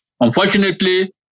Unfortunately